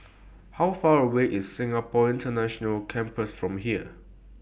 How Far away IS Singapore International Campus from here